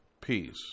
Peace